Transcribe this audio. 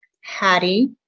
Hattie